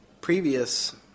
previous